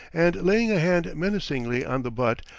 and laying a hand menacingly on the butt,